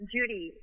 Judy